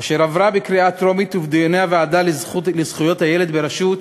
אשר עברה בקריאה טרומית ובדיוני הוועדה לזכויות הילד בראשות